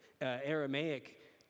Aramaic